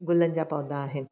गुलनि जा पौधा आहिनि